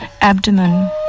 abdomen